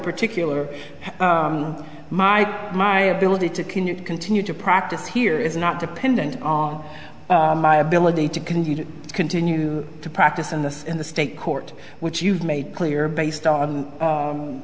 particular my my ability to continue to practice here is not dependent on my ability to continue to continue to practice in the in the state court which you've made clear based on